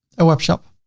a webshop.